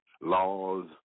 laws